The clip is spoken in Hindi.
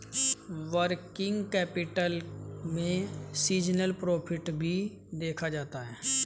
वर्किंग कैपिटल में सीजनल प्रॉफिट भी देखा जाता है